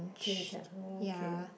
change uh okay